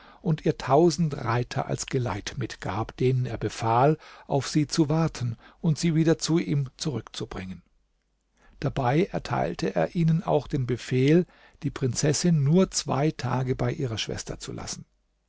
und ihr tausend reiter als geleit mitgab denen er befahl auf sie zu warten und sie wieder zu ihm zurückzubringen dabei erteilte er ihnen auch den befehl die prinzessin nur zwei tage bei ihrer schwester zu lassen